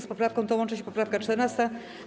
Z poprawką tą łączy się poprawka 14.